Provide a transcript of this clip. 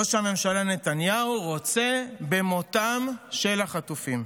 ראש הממשלה נתניהו רוצה במותם של החטופים.